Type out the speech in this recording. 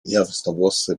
jasnowłosy